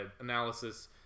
analysis